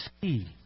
see